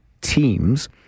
teams